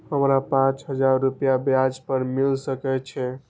हमरा पाँच हजार रुपया ब्याज पर मिल सके छे?